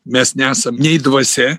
mes nesam nei dvasia